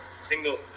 single